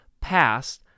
past